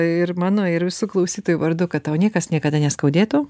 ir mano ir visų klausytojų vardu kad tau niekas niekada neskaudėtų